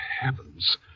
heavens